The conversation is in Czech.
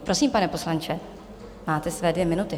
Prosím, pane poslanče, máte své dvě minuty.